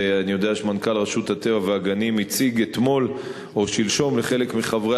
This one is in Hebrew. ואני יודע שמנכ"ל רשות הטבע והגנים הציג אתמול או שלשום לחלק מחברי